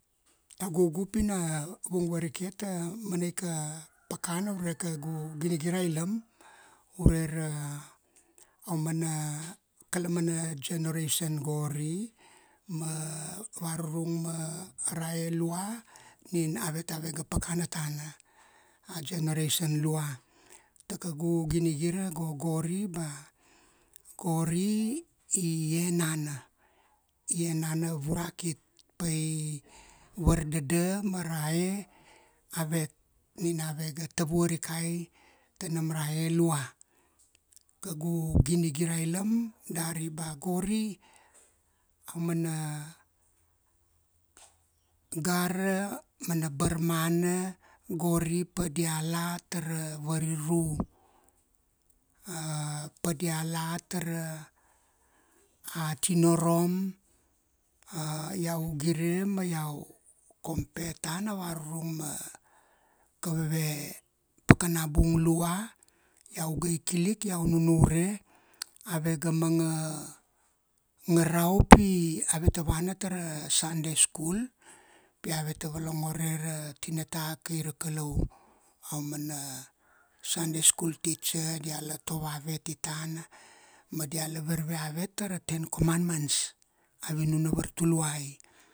Iau gugu pi na vung varike ta mana ika pakana ure kaugu ginigira ilam ure ra a umana kalamana generation gori ma varurung ma rae lua nin avet ave ga pakana tana, a generation lua. Ta kaugu ginigira go gori ba gori i enana, i enana vurakit, pa i vardada ma rae avet nina ave ga tavua rikai ta nam rae lua, kaugu ginigira ailam dari ba gori, a mana gara, mana barmana gori pa dia la ta ra variru, pa dia la ta ra atinorom, iau gire ma iau ma iau compare tana varurung ma kaveve pakana bung lua, iau ga i kilik iau nunure, ave ga manga ngarau pi ave ta vana ta ra sunday school, pi ave ta volongore ra tinata kai ra Kalau. A mana sunday school teacher, diala tovo avet ti tana, ma dia la varve avet ta ra ten commandments, a vinun na vartuluai